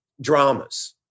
dramas